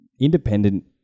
independent